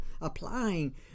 applying